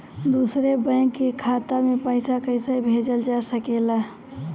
दूसरे बैंक के खाता में पइसा कइसे भेजल जा सके ला?